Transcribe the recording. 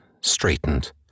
straightened